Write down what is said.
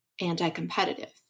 anti-competitive